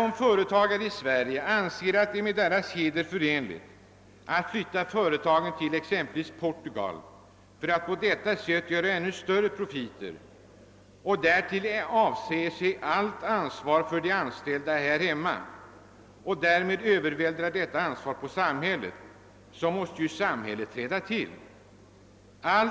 Om företagare i Sverige anser att det är förenligt med deras heder att flvtta företagen till exempelvis Portugal för att på detta sätt göra ännu större profiter, avsäger sig allt ansvar för de anställda här hemma och övervältrar detta på samhället, måste samhället träda till. All